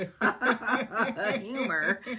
humor